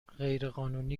غیرقانونی